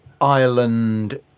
Ireland